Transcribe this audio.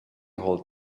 hall